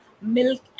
milk